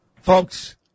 Folks